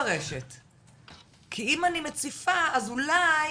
כי אם אני מציפה, אז אולי